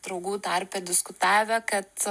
draugų tarpe diskutavę kad